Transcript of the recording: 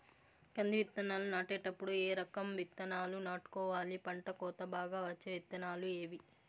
కంది విత్తనాలు నాటేటప్పుడు ఏ రకం విత్తనాలు నాటుకోవాలి, పంట కోత బాగా వచ్చే విత్తనాలు ఏవీ?